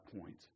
point